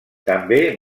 també